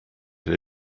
that